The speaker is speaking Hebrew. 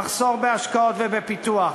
מחסור בהשקעות ובפיתוח.